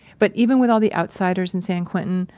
but, even with all the outsiders in san quentin,